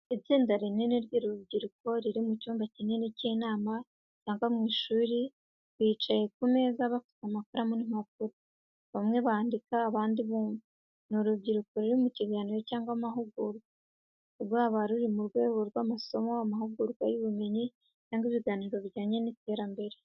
Itsinda rinini ry’urubyiruko, ruri mu cyumba kinini cy’inama cyangwa mu ishuri, bicaye ku meza bafite amakaramu n’impapuro, bamwe bandika, abandi bumva. Ni urubyiruko ruri mu kiganiro cyangwa amahugurwa. Rwaba ari mu rwego rw'amasomo, amahugurwa y’ubumenyi cyangwa ibiganiro bijyanye n’iterambere.